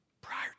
Prior